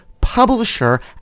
publisher